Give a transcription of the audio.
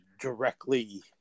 directly